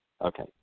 Okay